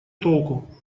толку